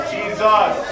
Jesus